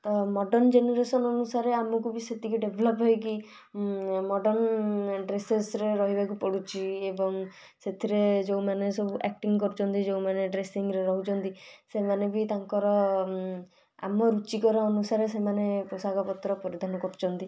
ତ modern generation ଅନୁସାରେ ଆମକୁ ବି ସେତିକି ଡେଭଲପ୍ ହେଇକି ମଡ଼ର୍ନ୍ ଡ୍ରେଶେଶରେ ରହିବାକୁ ପଡୁଛି ଏବଂ ସେଥିରେ ଯେଉଁମାନେ ସବୁ ଆକ୍ଟିଙ୍ଗ୍ କରୁଛନ୍ତି ଯେଉଁମାନେ ଡ୍ରେସିଂରେ ରହୁଛନ୍ତି ସେମାନେ ବି ତାଙ୍କର ଆମ ରୁଚିକର ଅନୁସାରେ ସେମାନେ ପୋଷାକପତ୍ର ପରିଧାନ କରୁଛନ୍ତି